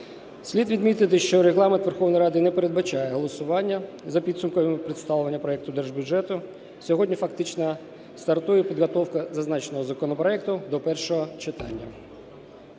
Слід відмітити, що Регламент Верховної Ради не передбачає голосування за підсумками представлення проекту Держбюджету, сьогодні фактично стартує підготовка зазначеного законопроекту до першого читання.